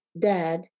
Dad